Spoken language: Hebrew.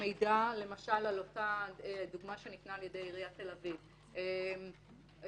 למשל אותה דוגמה שניתנה על ידי עיריית תל אביב פקח